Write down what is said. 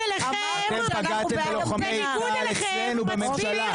אתם פגעתם בלוחמי צה"ל אצלנו בממשלה.